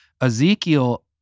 Ezekiel